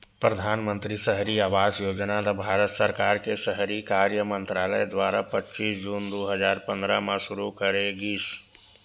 परधानमंतरी सहरी आवास योजना ल भारत सरकार के सहरी कार्य मंतरालय दुवारा पच्चीस जून दू हजार पंद्रह म सुरू करे गिस